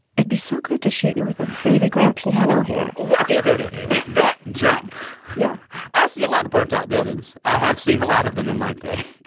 it'd be so great to shoot you with a baby grand piano here ok, ok, ok, ok that jump yeah i see a lot of burned-out buildings. i have seen a lot of them in my day.